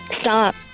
Stop